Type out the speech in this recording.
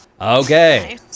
okay